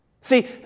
See